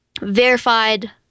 verified